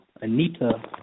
Anita